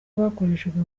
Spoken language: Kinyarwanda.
bakoreshejwe